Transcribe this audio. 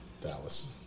Dallas